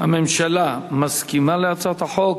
הממשלה מסכימה להצעת החוק.